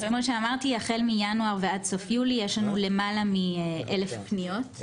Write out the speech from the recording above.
החל מינואר ועד סוף יולי היו לנו למעלה מ-1,000 פניות,